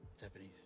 Japanese